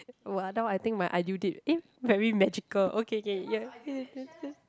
!wah! now I think my ideal date eh very magical okay okay ya